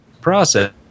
process